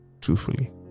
truthfully